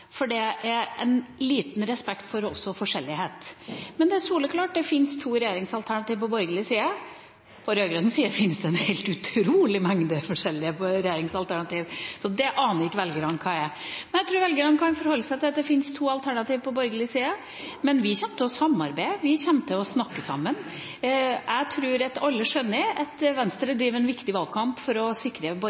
for det er liten respekt for forskjellighet. Men det er soleklart: Det fins to regjeringsalternativ på borgerlig side. På rød-grønn side fins det en helt utrolig mengde forskjellige regjeringsalternativ, og det aner ikke velgerne hva er. Jeg tror velgerne kan forholde seg til at det fins to alternativ på borgerlig side, men vi kommer til å samarbeide, vi kommer til å snakke sammen. Jeg tror at alle skjønner at Venstre driver en viktig valgkamp for å sikre